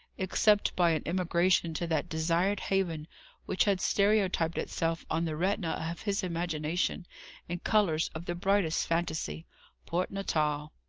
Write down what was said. except by an emigration to that desired haven which had stereotyped itself on the retina of his imagination in colours of the brightest phantasy port natal.